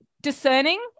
discerning